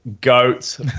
goats